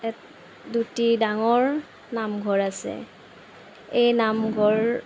at দুটি ডাঙৰ নামঘৰ আছে এই নামঘৰ